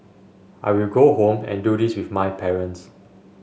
I will go home and do this with my parents